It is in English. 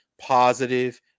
positive